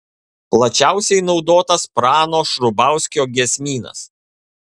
plačiausiai naudotas prano šrubauskio giesmynas